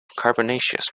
carbonaceous